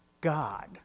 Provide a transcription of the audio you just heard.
God